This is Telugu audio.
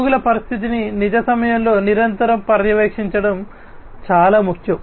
రోగుల పరిస్థితిని నిజ సమయంలో నిరంతరం పర్యవేక్షించడం చాలా ముఖ్యం